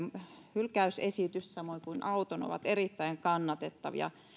hylkäysesitys samoin kuin auton ovat erittäin kannatettavia